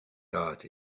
tart